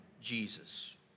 Jesus